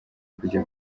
kujya